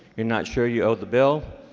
you're not sure you owe the bill?